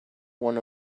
one